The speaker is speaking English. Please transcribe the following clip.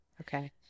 Okay